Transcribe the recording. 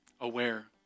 aware